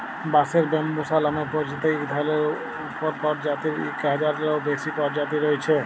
বাঁশের ব্যম্বুসা লামে পরিচিত ইক ধরলের উপপরজাতির ইক হাজারলেরও বেশি পরজাতি রঁয়েছে